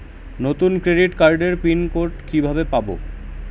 নতুন ক্রেডিট কার্ডের pin code কিভাবে পাব?